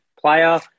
player